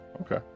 okay